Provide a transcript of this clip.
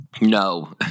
No